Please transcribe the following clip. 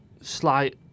slight